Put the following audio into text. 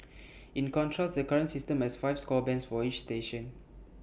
in contrast the current system has five score bands for each station